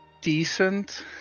decent